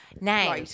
Now